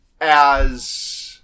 as-